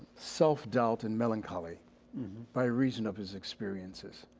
self doubt and melancholy by reason of his experiences.